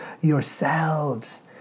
yourselves